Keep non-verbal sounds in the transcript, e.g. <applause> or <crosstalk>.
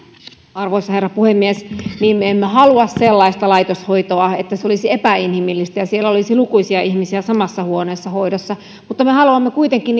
arvoisa herra puhemies niin me emme halua sellaista laitoshoitoa että se olisi epäinhimillistä ja siellä olisi lukuisia ihmisiä samassa huoneessa hoidossa mutta me haluamme kuitenkin <unintelligible>